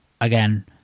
again